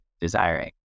desiring